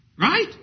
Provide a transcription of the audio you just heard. Right